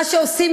מה שעושים,